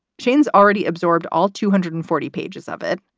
shane's already absorbed all two hundred and forty pages of it.